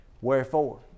Wherefore